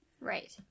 Right